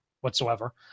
whatsoever